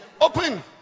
open